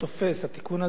התיקון הזה לא מיושם.